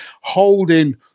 holding